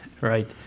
Right